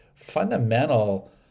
fundamental